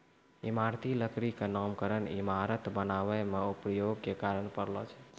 इमारती लकड़ी क नामकरन इमारत बनावै म प्रयोग के कारन परलो छै